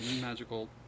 magical